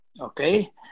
Okay